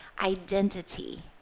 identity